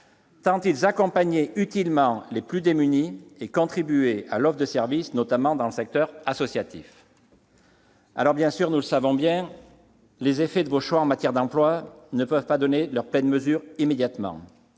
tant ils accompagnaient utilement les plus démunis et contribuaient à l'offre de services, notamment dans le secteur associatif. Nous le savons bien, les effets de vos choix en matière d'emploi ne peuvent pas donner leur pleine mesure immédiatement,